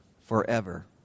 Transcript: forever